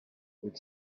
with